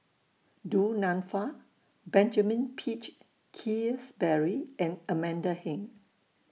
Du Nanfa Benjamin Peach Keasberry and Amanda Heng